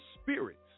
spirits